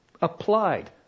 applied